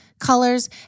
colors